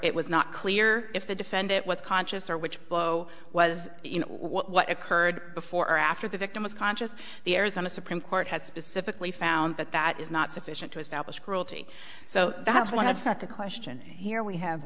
it was not clear if the defendant was conscious or which blow was you know what occurred before or after the victim was conscious the arizona supreme court has specifically found that that is not sufficient to establish cruelty so that's one that's not the question here we have